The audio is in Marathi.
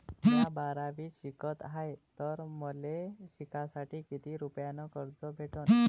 म्या बारावीत शिकत हाय तर मले शिकासाठी किती रुपयान कर्ज भेटन?